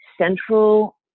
central